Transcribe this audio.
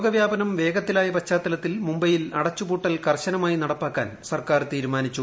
രോഗവ്യാപനം വേഗത്തിലായ പശ്ചാത്ത്ലൂത്തിൽ മുംബൈയിൽ അടച്ചുപൂട്ടൽ കർശനമായി നടപ്പാക്ക്റ്റൻ് സർക്കാർ തീരുമാനിച്ചു